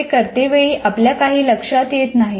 ते करतेवेळी आपल्या काही लक्षात येत नाही